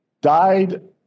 Died